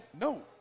No